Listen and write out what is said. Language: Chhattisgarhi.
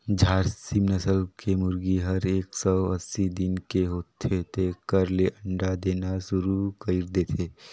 झारसिम नसल के मुरगी हर एक सौ अस्सी दिन के होथे तेकर ले अंडा देना सुरु कईर देथे